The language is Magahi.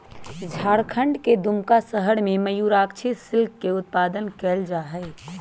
झारखंड के दुमका शहर में मयूराक्षी सिल्क के उत्पादन कइल जाहई